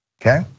Okay